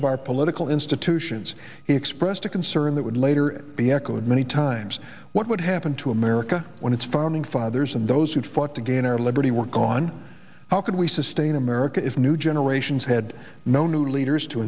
of our political institutions he expressed a concern that would later be echoed many times what would happen to america when its founding fathers and those who fought to gain our liberty were gone how could we sustain america if new generations had no new leaders to